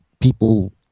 people